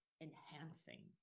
enhancing